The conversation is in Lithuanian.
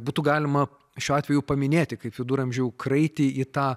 būtų galima šiuo atveju paminėti kaip viduramžių kraitį į tą